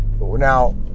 Now